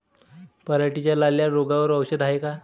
पराटीच्या लाल्या रोगावर औषध हाये का?